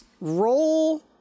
Roll